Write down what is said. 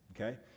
Okay